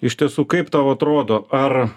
iš tiesų kaip tau atrodo ar